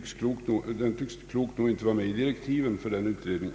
Klokt nog tycks man inte ha tagit med den i de avsedda direktiven för utredningen.